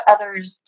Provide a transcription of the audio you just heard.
others